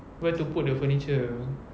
where to put the furniture